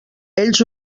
ells